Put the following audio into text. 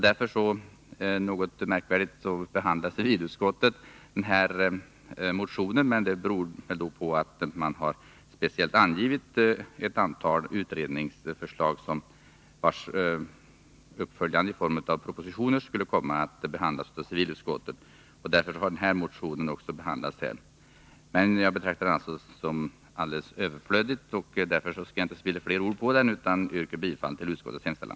Därför är det märkligt att behandla den här motionen i civilutskottet, men detta beror på att i den speciellt har angivits ett antal utredningsförslag, vilkas uppföljande i form av en proposition skulle komma att behandlas av utskottet. Av den anledningen har sålunda också denna motion behandlats där. Jag betraktar dock förslaget som helt överflödigt och skall inte spilla fler ord på det, utan yrkar bifall till utskottets hemställan.